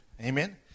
Amen